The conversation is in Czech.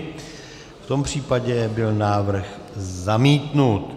V tom případě byl návrh zamítnut.